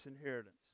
inheritance